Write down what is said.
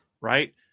Right